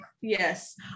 yes